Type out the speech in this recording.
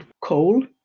coal